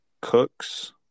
Cooks